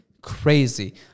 crazy